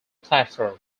platform